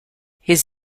his